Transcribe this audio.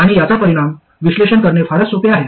आणि याचा परिणाम विश्लेषण करणे फारच सोपे आहे